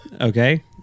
okay